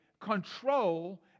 control